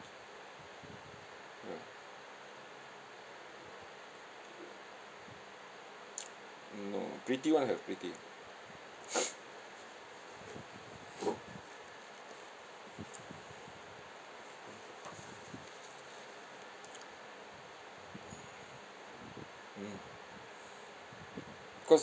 ah mm no pretty one have pretty mm cause